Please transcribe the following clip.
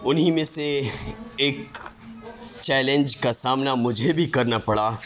انہیں میں سے ایک چیلنج کا سامنا مجھے بھی کرنا پڑا